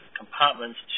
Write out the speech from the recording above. compartments